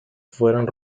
fueran